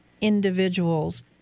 individuals